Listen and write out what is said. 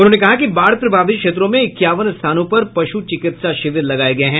उन्होंने कहा कि बाढ़ प्रभावित क्षेत्रों में इक्यावन स्थानों पर पश्म चिकित्सा शिविर लगाये गये हैं